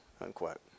unquote